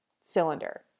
cylinder